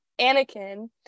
Anakin